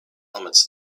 helmets